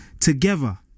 together